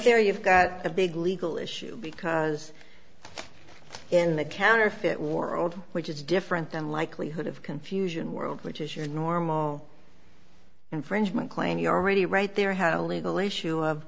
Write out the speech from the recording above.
there you've got a big legal issue because in the counterfeit world which is different than likelihood of confusion world which is your normal infringement claim you're already right there had a legal issue of